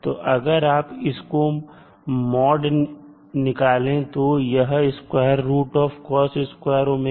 तो अगर आप इसका मोड निकाले तो यह होगा